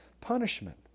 punishment